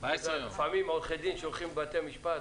לפעמים עורכי דין שולחים לבתי משפט,